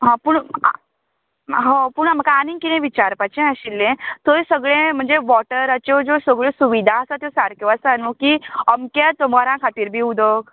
हां पूण होय पूण अ म्हाका आनीक कितें विचारपाचें आशिल्लें थंय सगळें म्हणजें वाॅटराचें ज्यो सगळ्यो सुविधा आसा त्यो सगळ्यो सारक्यो आसा न्हू की अमक्या सुमारां खातीर बीन उदक